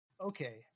Okay